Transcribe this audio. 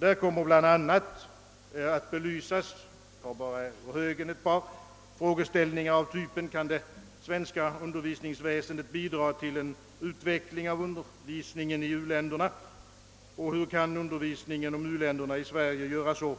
Där kommer bl.a. att belysas frågeställningar av typen »Kan det svenska undervisningsväsendet bidra till en utveckling av undervisningen i u-länderna» och »Hur kan undervisningen om u-länderna i Sverige göras så